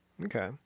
Okay